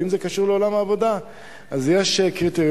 ואם זה קשור לעולם העבודה אז יש קריטריונים.